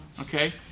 Okay